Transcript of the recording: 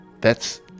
thats